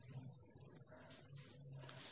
సరే